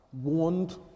warned